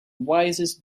wisest